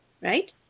right